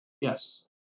yes